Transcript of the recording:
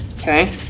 Okay